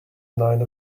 nine